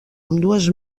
ambdues